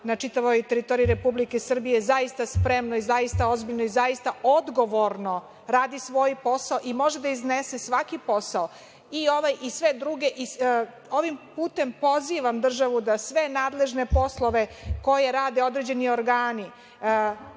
na čitavoj teritoriji Republike Srbije zaista spremno i zaista ozbiljno i odgovorno rade svoj posao i mogu da iznesu svaki posao. Ovim putem pozivam državu da sve nadležne poslove koje radi određeni organi